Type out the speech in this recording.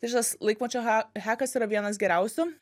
šitas laikmačio ha hekas yra vienas geriausių